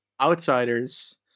outsiders